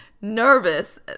nervous